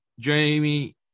Jamie